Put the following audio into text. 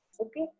okay